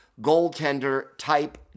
goaltender-type